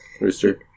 Rooster